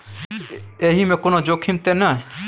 एहि मे कोनो जोखिम त नय?